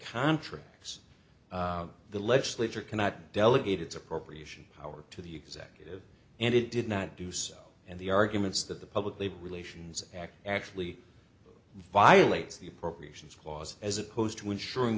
contracts the legislature cannot delegate its appropriation power to the executive and it did not do so and the arguments that the public labor relations act actually violates the appropriations clause as opposed to ensuring